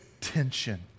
tension